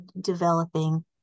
developing